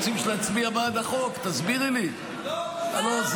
למען השם, זה לא פוליטי.